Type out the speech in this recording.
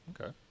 Okay